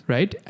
Right